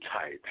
tight